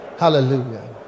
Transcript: hallelujah